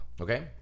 Okay